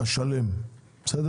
השלם, בסדר?